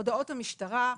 הודעות המשטרה,